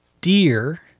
deer